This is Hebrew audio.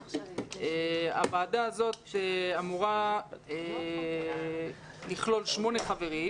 הוועדה הזאת אמורה לכלול שמונה חברים,